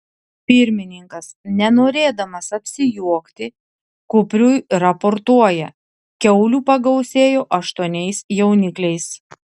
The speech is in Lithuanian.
pirmininkas nenorėdamas apsijuokti kupriui raportuoja kiaulių pagausėjo aštuoniais jaunikliais